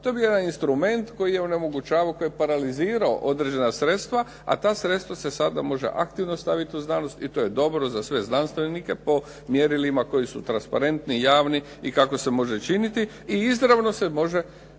je bio jedna instrument koji je onemogućavao, koji je paralizirao određena sredstva, a ta sredstava se sada može aktivno staviti u znanosti i to je dobro za sve znanstvenike po mjerilima koji su transparentni, javni i kako se može činiti i izravno se može